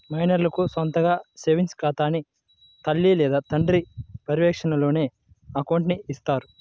మైనర్లకు సొంతగా సేవింగ్స్ ఖాతాని తల్లి లేదా తండ్రి పర్యవేక్షణలోనే అకౌంట్ని ఇత్తారు